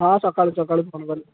ହଁ ସକାଳୁ ସକାଳୁ ଫୋନ୍ କରିବି